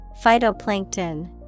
Phytoplankton